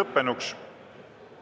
lõppenuks.